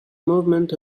movement